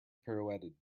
pirouetted